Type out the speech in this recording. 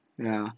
ya